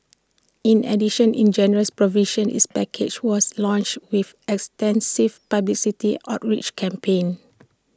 in addition in generous provisions is package was launched with extensive publicity outreach campaign